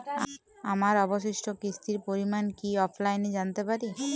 আমার অবশিষ্ট কিস্তির পরিমাণ কি অফলাইনে জানতে পারি?